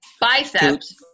Biceps